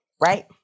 right